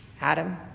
Adam